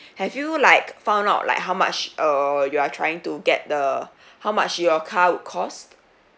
have you like found out like how much err you are trying to get the how much your car would cost